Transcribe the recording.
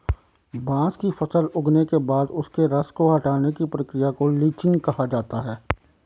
बांस की फसल उगने के बाद उसके रस को हटाने की प्रक्रिया को लीचिंग कहा जाता है